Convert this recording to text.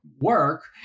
work